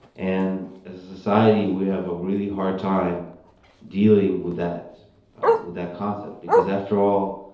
and as a society, we have a really hard time dealing with that with that concept, because, after all,